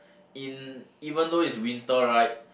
in even though it's winter right